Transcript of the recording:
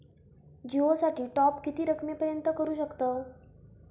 जिओ साठी टॉप किती रकमेपर्यंत करू शकतव?